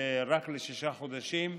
רק לשישה חודשים,